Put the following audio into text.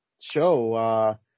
show